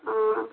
অঁ